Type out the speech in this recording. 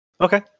Okay